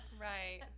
Right